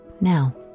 now